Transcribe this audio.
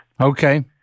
Okay